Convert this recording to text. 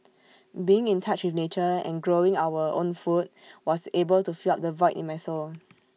being in touch with nature and growing own food was able to fill up the void in my soul